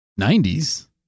90s